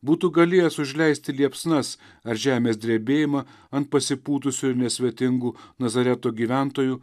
būtų galėjęs užleisti liepsnas ar žemės drebėjimą ant pasipūtusių ir nesvetingų nazareto gyventojų